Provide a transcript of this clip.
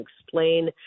explain